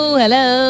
hello